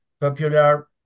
popular